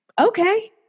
okay